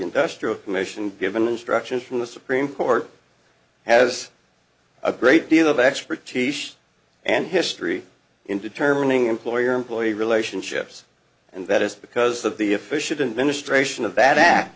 industrial commission given instructions from the supreme court has a great deal of expertise and history in determining employer employee relationships and that is because of the